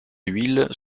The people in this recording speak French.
huile